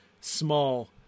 small